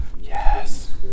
Yes